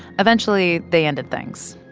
eventually, they ended things.